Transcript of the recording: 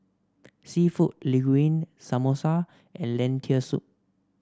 seafood Linguine Samosa and Lentil Soup